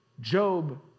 Job